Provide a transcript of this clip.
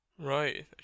right